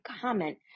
comment